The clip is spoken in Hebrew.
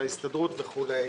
להסתדרות וכולי,